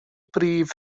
brif